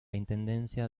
intendencia